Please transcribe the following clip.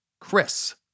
Chris